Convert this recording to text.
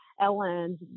Ellen